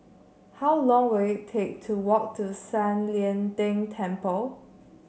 how long will it take to walk to San Lian Deng Temple